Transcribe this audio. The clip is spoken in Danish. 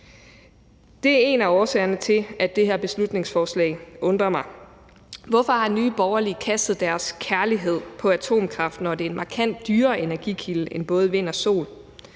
Det er en af årsagerne til, at det her beslutningsforslag undrer mig. Hvorfor har Nye Borgerlige kastet deres kærlighed på atomkraft, når det er en markant dyrere energikilde end både vind og sol?